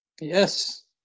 Yes